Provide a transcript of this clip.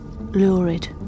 lurid